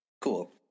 Cool